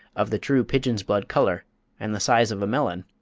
of the true pigeon's blood colour and the size of a melon,